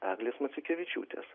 eglės maciukevičiūtės